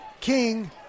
King